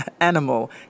animal